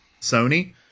Sony